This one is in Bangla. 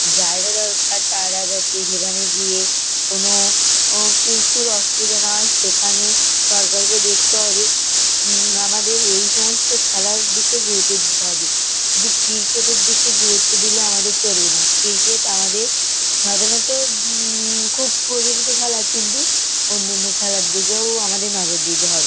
জায়গা দরকার তারা যাতে সেখানে গিয়ে কোনো ও কিছুর অসুবিধা না হয় সেখানে সরকারকে দেখতে হবে আমাদের এই সমস্ত খেলার দিকে গুরুত্ব দিতে হবে শুধু ক্রিকেটের দিকে গুরুত্ব দিলে আমাদের চলবে না ক্রিকেট আমাদের সাধারণত খুব প্রচলিত খেলা কিন্তু অন্য অন্য খেলার দিকেও আমাদের নজর দিতে হবে